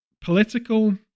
political